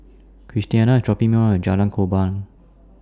Christiana IS dropping Me off At Jalan Korban